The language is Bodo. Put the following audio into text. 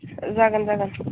जागोन जागोन